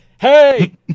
hey